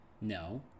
No